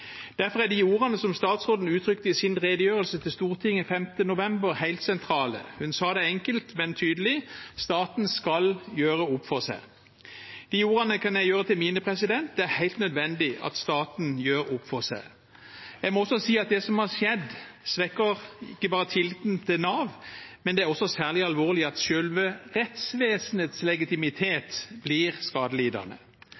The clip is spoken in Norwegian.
Derfor er de ordene som statsråden uttrykte i sin redegjørelse til Stortinget 5. november helt sentrale. Hun sa det enkelt, men tydelig: «Staten skal gjøre opp for seg.» De ordene kan jeg gjøre til mine. Det er helt nødvendig at staten gjør opp for seg. Jeg må også si at det som har skjedd, svekker ikke bare tilliten til Nav, det er også særlig alvorlig at selve rettsvesenets